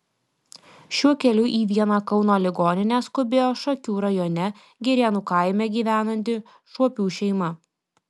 šiuo keliu į vieną kauno ligoninę skubėjo šakių rajone girėnų kaime gyvenanti šuopių šeima